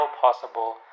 possible